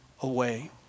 away